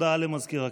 הודעה למזכיר הכנסת.